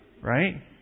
Right